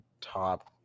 top